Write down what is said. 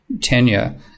tenure